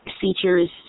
features